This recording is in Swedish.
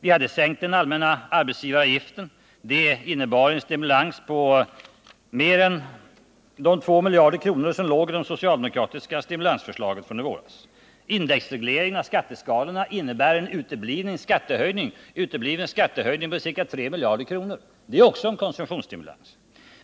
Vi hade sänkt den allmänna arbetsgivaravgiften — det innebar en stimulans på mer än de 2 miljarder som låg i det socialdemokratiska stimulansförslaget från i våras. Indexregleringen av skatteskalorna innebär en utebliven skattehöjning på ca 3 miljarder kronor —det är också en konsumtionsstimulans.